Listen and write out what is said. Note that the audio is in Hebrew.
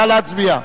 נא להצביע.